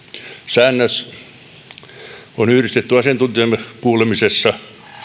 säännös on yhdistetty asiantuntijakuulemisessa